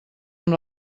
amb